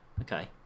okay